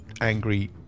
angry